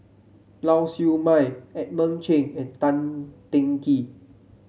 Lau Siew Mei Edmund Cheng and Tan Teng Kee